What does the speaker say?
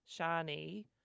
Shani